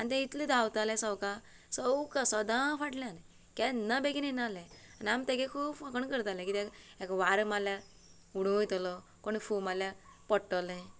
आनी तें इतले धांवताले सवकां सवकां सदांच फाटल्यान केन्ना बेगीन येनासलें आनी आमी तेंगे खूब फकाणां करताली कित्याक हेका वारो मारल्यार उडून वयतलो कोणे फू मारल्यार पडटलें